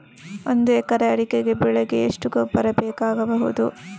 ಒಂದು ಎಕರೆ ಅಡಿಕೆ ಬೆಳೆಗೆ ಎಷ್ಟು ಗೊಬ್ಬರ ಬೇಕಾಗಬಹುದು?